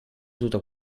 tutto